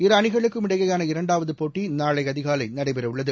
இருஅணிகளுக்கும் இடையேயான இரண்டாவதுபோட்டிநாளைஅதிகாலைநடைபெறவுள்ளது